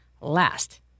last